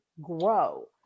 grow